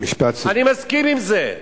משפט סיום.